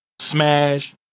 Smash